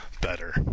better